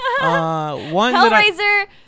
Hellraiser